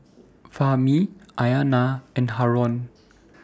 Fahmi Aina and Haron